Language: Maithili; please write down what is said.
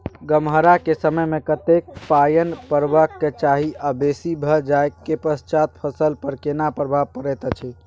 गम्हरा के समय मे कतेक पायन परबाक चाही आ बेसी भ जाय के पश्चात फसल पर केना प्रभाव परैत अछि?